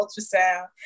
ultrasound